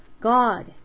God